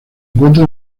encuentra